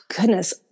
goodness